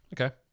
Okay